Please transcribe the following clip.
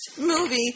movie